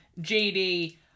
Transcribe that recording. JD